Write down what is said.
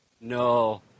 No